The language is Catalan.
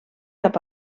cap